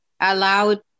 allowed